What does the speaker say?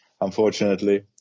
Unfortunately